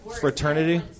fraternity